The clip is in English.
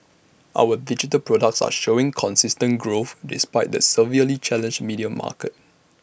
our digital products are showing consistent growth despite the severely challenged media market